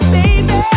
Baby